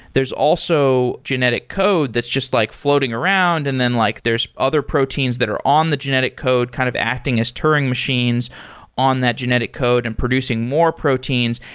there's also genetic code that's just like floating around and then like there's other proteins that are on the genetic code kind of acting as turing machines on that genetic code and producing more proteins.